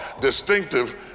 Distinctive